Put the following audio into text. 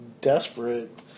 desperate